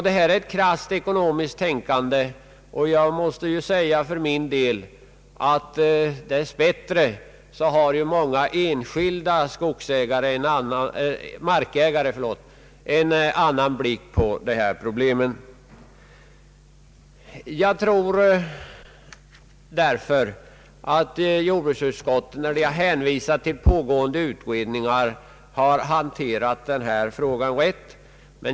Denne statlige representant hade ett krasst ekonomiskt tänkande, och dess bättre har många enskilda markägare en annan blick på dessa problem. Jag uppskattar också att jordbruksutskottet här hänvisat till pågående utredningar.